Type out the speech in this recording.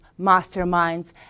masterminds